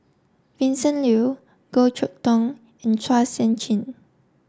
Vincent Leow Goh Chok Tong and Chua Sian Chin